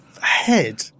head